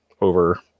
over